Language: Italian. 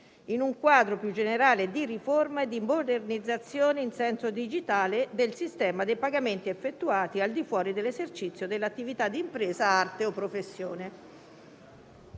in un quadro più generale di riforma e di modernizzazione in senso digitale del sistema dei pagamenti effettuati al di fuori dell'esercizio dell'attività di impresa, arte o professione.